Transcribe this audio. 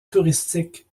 touristiques